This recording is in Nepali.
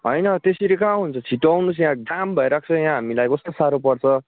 होइन त्यसरी कहाँ हुन्छ छिट्टो आउनुहोस् यहाँ जाम भइरहेको छ यहाँ हामीलाई कस्तो साह्रो पर्छ